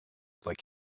like